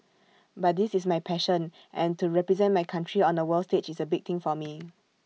but this is my passion and to represent my country on A world stage is A big thing for me